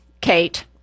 Kate